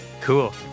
Cool